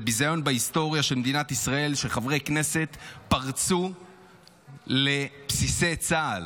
זה ביזיון בהיסטוריה של מדינת ישראל שחברי כנסת פרצו לבסיסי צה"ל.